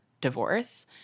divorce